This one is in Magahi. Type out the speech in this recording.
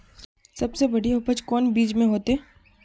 सबसे बढ़िया उपज कौन बिचन में होते?